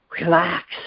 relax